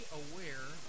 aware